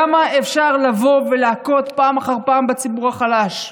כמה אפשר לבוא ולהכות פעם אחר פעם בציבור החלש,